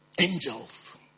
Angels